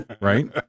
Right